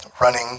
running